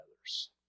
others